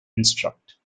instruct